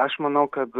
aš manau kad